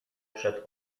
przed